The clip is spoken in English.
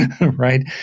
right